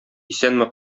исәнме